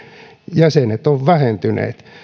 jäsenet ovat vähentyneet